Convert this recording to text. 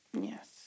Yes